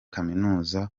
kaminuza